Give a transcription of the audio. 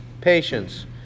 patience